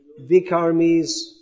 Vikarmis